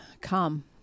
come